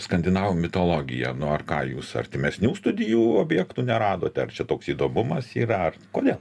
skandinavų mitologiją nuo ar ką jūs artimesnių studijų objektų neradote ar čia toks įdomumas yra ar kodėl